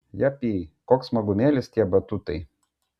japy koks smagumėlis tie batutai